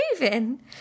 moving